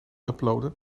uploaden